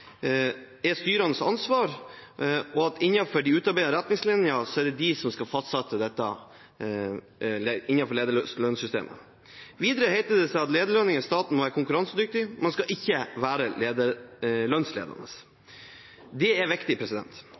er styrenes ansvar, og at innenfor de utarbeidede retningslinjene er det de som skal fastsette dette innenfor lederlønnssystemet. Videre heter det seg at lederlønninger i staten må være konkurransedyktige, men skal ikke være lønnsledende. Det er viktig.